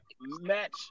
match